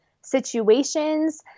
situations